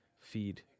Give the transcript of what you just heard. feed